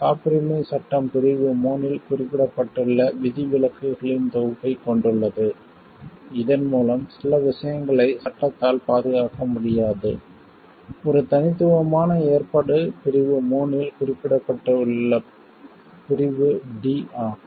காப்புரிமைச் சட்டம் பிரிவு 3 இல் குறிப்பிடப்பட்டுள்ள விதிவிலக்குகளின் தொகுப்பைக் கொண்டுள்ளது இதன் மூலம் சில விஷயங்களை சட்டத்தால் பாதுகாக்க முடியாது ஒரு தனித்துவமான ஏற்பாடு பிரிவு 3 இல் குறிப்பிடப்பட்டுள்ள பிரிவு d ஆகும்